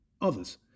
others